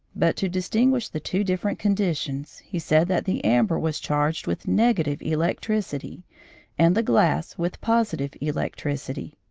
but to distinguish the two different conditions he said that the amber was charged with negative electricity and the glass with positive electricity.